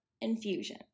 infusion